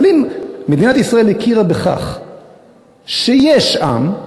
אם מדינת ישראל הכירה בכך שיש עם,